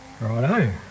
Righto